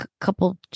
couple